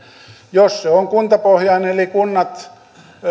jos se on kuntapohjainen eli kunnat